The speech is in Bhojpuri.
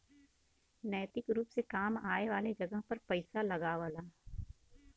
नैतिक रुप से काम आए वाले जगह पर पइसा लगावला